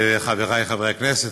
חברי חברי הכנסת,